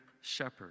shepherd